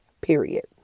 period